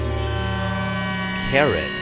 Carrot